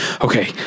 okay